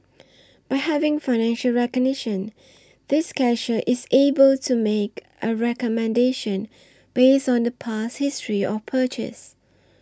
by having facial recognition this cashier is able to make a recommendation based on the past history of purchase